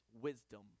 wisdom